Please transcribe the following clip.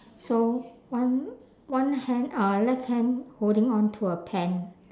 so one one hand uh left hand holding on to a pen